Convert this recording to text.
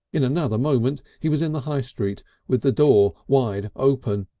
in another moment he was in the high street with the door wide open.